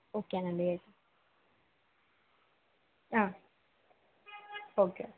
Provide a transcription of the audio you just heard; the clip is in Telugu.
ఓకే అండి ఓకే